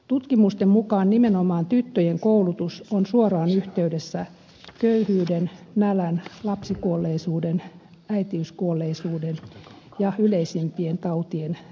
tutkimusten mukaan nimenomaan tyttöjen koulutus on suoraan yhteydessä köyhyyden nälän lapsikuolleisuuden äitiyskuolleisuuden ja yleisimpien tautien vähenemiseen